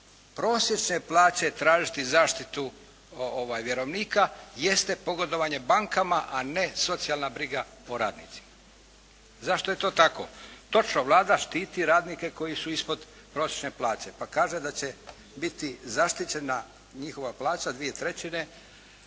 prosječne plaće tražiti zaštitu vjerovnika jeste pogodovanje bankama, a ne socijalna briga o radnicima. Zašto je to tako? Točno, Vlada štiti radnike koji su ispod prosječne plaće pa kaže da će biti zaštićena njihova plaća, dvije trećine